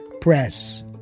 press